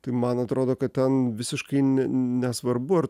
tai man atrodo kad ten visiškai ne nesvarbu ar